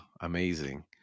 amazing